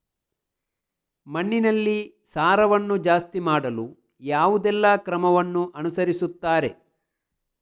ಮಣ್ಣಿನಲ್ಲಿ ಸಾರವನ್ನು ಜಾಸ್ತಿ ಮಾಡಲು ಯಾವುದೆಲ್ಲ ಕ್ರಮವನ್ನು ಅನುಸರಿಸುತ್ತಾರೆ